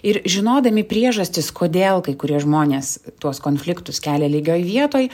ir žinodami priežastis kodėl kai kurie žmonės tuos konfliktus kelia lygioj vietoj